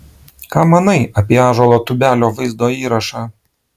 ką manai apie ąžuolo tubelio vaizdo įrašą